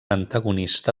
antagonista